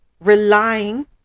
relying